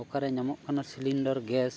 ᱚᱠᱟᱨᱮ ᱧᱟᱢᱚᱜ ᱠᱟᱱᱟ ᱥᱤᱞᱤᱱᱰᱟᱨ ᱜᱮᱥ